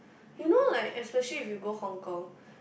you know like especially if you go Hong Kong